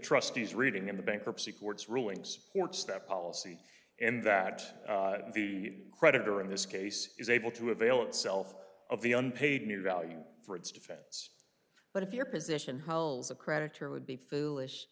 trustees reading in the bankruptcy courts ruling supports that policy and that the creditor in this case is able to avail itself of the unpaid new value for its defense but if your position hols a creditor would be foolish